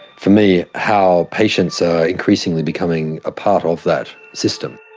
for me, how patients are increasingly becoming a part of that system.